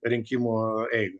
rinkimų eigą